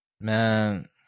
Man